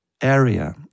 area